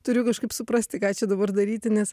turiu kažkaip suprasti ką čia dabar daryti nes